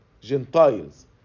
Gentiles